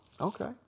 Okay